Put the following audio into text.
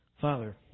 Father